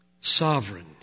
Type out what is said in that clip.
Sovereign